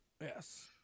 Yes